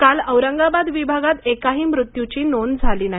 काल औरंगाबाद विभागात एकाही मृत्यूची नोंद झाली नाही